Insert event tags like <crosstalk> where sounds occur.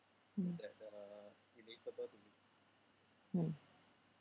mm <noise> mm